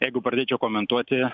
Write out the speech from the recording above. jeigu pradėčiau komentuoti